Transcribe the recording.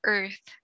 Earth